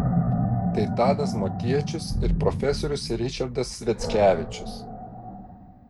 tai tadas motiečius ir profesorius ričardas sviackevičius